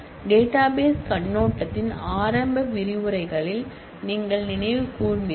database கண்ணோட்டத்தின் ஆரம்ப விரிவுரைகளில் நீங்கள் நினைவு கூர்ந்தீர்கள்